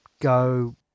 go